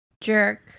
Jerk